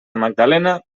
magdalena